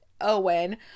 Owen